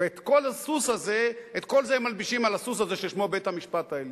ואת כל זה הם מלבישים על הסוס הזה ששמו בית-המשפט העליון.